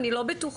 אני לא בטוחה.